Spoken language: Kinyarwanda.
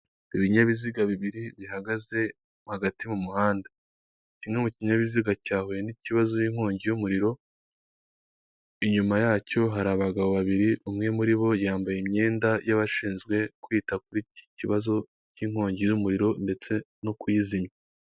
Ibinyabiziga bibiri bihagaze hagati mu muhanda, kimwe mu kinyabiziga cyahuye n'ikibazo n'inkongi y'umuriro, inyuma yacyo hari abagabo babiri, umwe muri bo yambaye imyenda y'abashinzwe kwita kuri icyo kibazo cy'inkongi y'umuriro ndetse no kuyizimya.